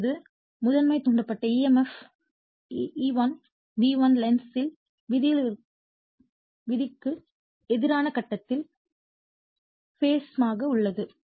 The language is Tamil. இப்போது முதன்மை தூண்டப்பட்ட EMF E1 V1 Lenz இன் விதியிற்கு எதிரான கட்டத்தில் மாக உள்ளது